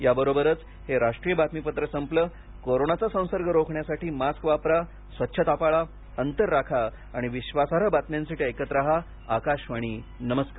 याबरोबरच हे राष्ट्रीय बातमीपत्र संपलं कोरोनाचा संसर्ग रोखण्यासाठी मास्क वापरा स्वच्छता पाळा अंतर राखा आणि विश्वासार्ह बातम्यांसाठी ऐकत रहा आकाशवाणी नमस्कार